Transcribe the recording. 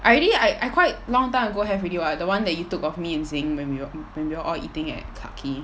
I already I I quite long time ago have already [what] the one that you took of me and zi yin when we w~ when we all eating at clarke quay